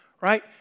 right